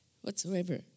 whatsoever